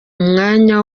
mwanya